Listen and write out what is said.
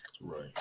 Right